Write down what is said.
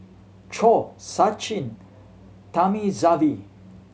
Choor Sachin Thamizhavel